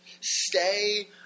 Stay